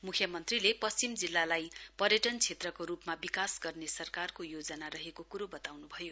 मुख्यमन्त्रीले पश्चिम जिल्लालाई पर्यटन क्षेत्रको रुपमा विकास गर्ने सरकारको योजनारहेको कुरो वताउनुभयो